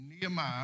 Nehemiah